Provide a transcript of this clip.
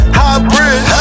hybrid